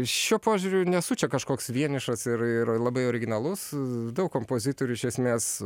šiuo požiūriu nesu čia kažkoks vienišas ir ir labai originalus daug kompozitorių iš esmės